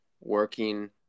working